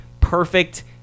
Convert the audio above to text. perfect